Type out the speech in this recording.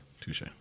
Touche